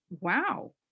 Wow